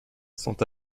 sont